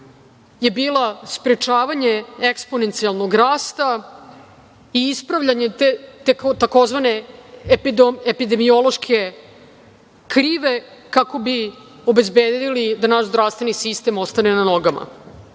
je bila sprečavanje eksponencijalnog rasta i ispravljanje tzv. epidemiološke krive kako bi obezbedili da naš zdravstveni sistem ostane na nogama.